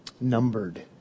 numbered